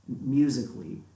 musically